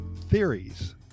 theories